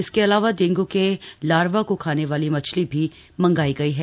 इसके अलावा डेंगू के लारवा को खाने वाली मछली भी मंगाई गई हैं